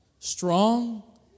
Strong